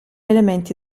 elementi